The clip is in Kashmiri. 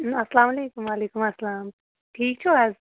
اسلام علیکُم وعلیکُم اَسلام ٹھیٖک چھُو حظ